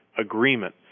agreement